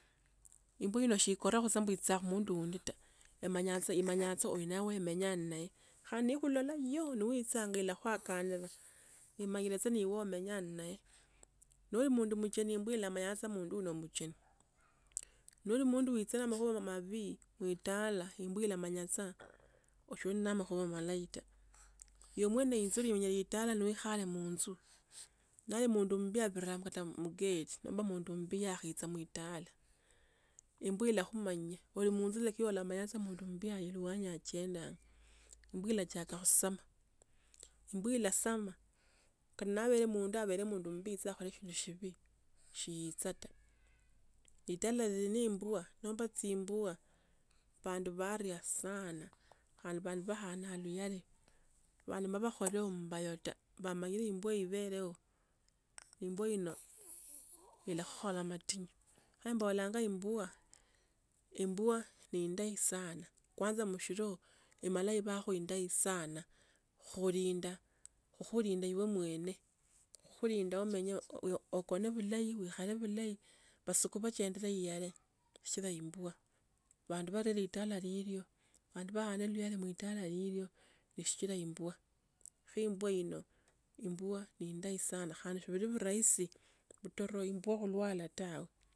Imbwa ino shikora khosambu itsa khu mundu undi ta, imanya tse imanya tso uno ni mwenye imanya naye, khani nekhulola noichanga ila kuakanda. imanyile so ni iwe umenyae so ni iwe umenyae so ni iwe umenyale naye. no ili mundu mcheni mbwile amayansa mundu no muchin, no lo mundu uichile makhuwa mabili muitala imbwa ila manya sa so ili nende makhuwa malayi e naye. no ili mundu mcheni no ili mundu uichile makhuwa mabili muitala imbwa ila manya sa so ili nende makhuwa malayi ta no ili muitala adafu mundu mubhi abhine imbwa ila chakha kutsama. kata abe mundu mublii sa aleba ta. litala lili ne imbwa e naye. no ili mundu mcheni no ili mundu uichile makhuwa mabili muitala imbwa ila manya sa so ili nende makhuwa malayi ta. No ili muitala adafu mundu mubhi abhine imbwa ila chakha kutsama. kata abe mundu mublii sa aleba ta. litala lili ne imbwa nomba chibwa bhandu baria sana. khandi bandu baana luyali. bandu bakhola mubayo taa. bamanyile imbwa ibeleyo. imbwa ino ila khukola matinyu. khembola ngai imbwa imbwa neindayi sana kwanza msholo imalai bhako indayi. sana, kholinda khoholinda ipomwene, khulinda omenye o- o uyo okhene pulai wi khare phulei basukus bakendile yale sikila ya imbwa. bandu barie litala lilwo. baane luyali mlitala lilyo tsichila imbwa. kha imbwa ino, imbwa ne. indayi sana. khandi shiphiri pi rahisi pu toro imbwa kulwala tawe.